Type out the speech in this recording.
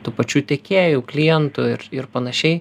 tų pačių tiekėjų klientų ir ir panašiai